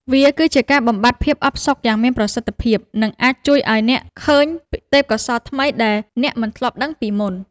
វាគឺជាការបំបាត់ភាពអផ្សុកយ៉ាងមានប្រសិទ្ធភាព និងអាចជួយឱ្យអ្នករកឃើញទេពកោសល្យថ្មីដែលអ្នកមិនធ្លាប់ដឹងពីមុន។